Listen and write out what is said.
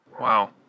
Wow